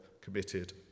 committed